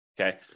Okay